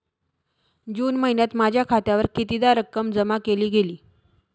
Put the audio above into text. जून महिन्यात माझ्या खात्यावर कितीदा रक्कम जमा केली गेली?